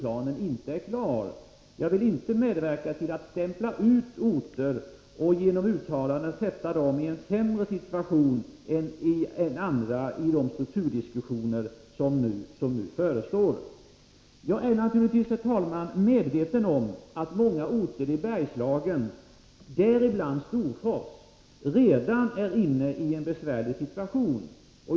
Jag vill inte genom sådana uttalanden medverka till att stämpla ut orter, som då skulle hamna i en sämre situation än andra i de strukturdiskussioner som nu förestår. Jag är naturligtvis medveten om att många orter i Bergslagen, däribland Storfors, redan är i en besvärlig situation.